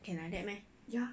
can like that meh